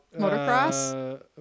Motocross